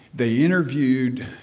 they interviewed,